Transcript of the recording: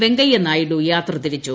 Venkaiah Naidu യാത്രതിരിച്ചു